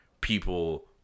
people